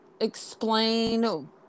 explain